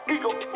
Eagle